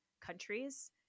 countries